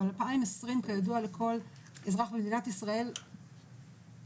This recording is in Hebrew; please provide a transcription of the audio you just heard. אבל 2020 כידוע לכל אזרח במדינת ישראל ובעולם